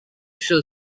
shall